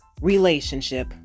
relationship